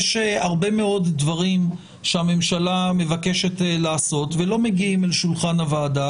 יש הרבה מאוד דברים שהממשלה מבקשת לעשות ולא מגיעים אל שולחן הוועדה,